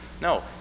No